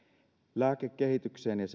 lääkekehitykseen ja